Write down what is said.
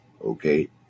Okay